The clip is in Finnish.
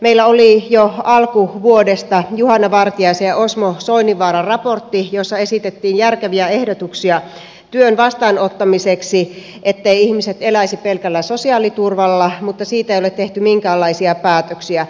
meillä oli jo alkuvuodesta juhana vartiaisen ja osmo soininvaaran raportti jossa esitettiin järkeviä ehdotuksia työn vastaanottamiseksi etteivät ihmiset eläisi pelkällä sosiaaliturvalla mutta siitä ei ole tehty minkäänlaisia päätöksiä